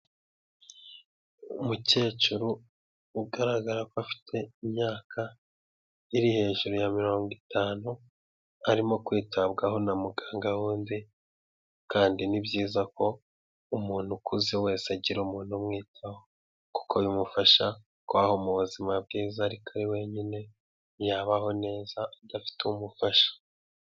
Umukecuru ugaragara ko afite imyaka iri hejuru ya mirongo itanu, arimo kwitabwaho na muganga wundi kandi ni byiza ko umuntu ukuze wese agira umuntu umwitaho kuko bimufasha kubahoho mu buzima bwiza ariko ari wenyine ntiyabahoho neza, adafite umufasha.